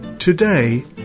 Today